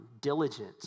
diligent